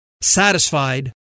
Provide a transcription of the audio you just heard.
Satisfied